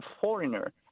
foreigner